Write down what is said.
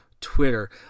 Twitter